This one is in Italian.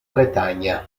bretagna